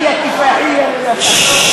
(שותק)